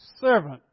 servant